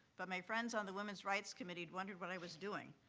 but my friends on the women's rights committee wondered what i was doing.